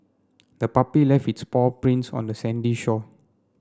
the puppy left its paw prints on the sandy shore